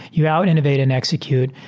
you out innovate and execute.